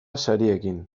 sariekin